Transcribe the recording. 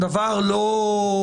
דבר לא,